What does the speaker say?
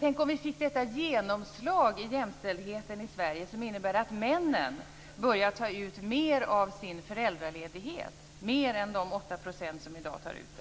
Tänk om vi fick detta genomslag i jämställdheten i Sverige som innebär att fler män börjar ta ut mer av sin föräldraledighet, fler än de 8 % som i dag tar ut